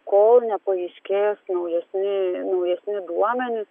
kol nepaaiškės naujesni naujesni duomenys